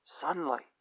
sunlight